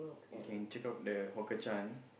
can check out the Hawker cen~